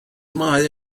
mae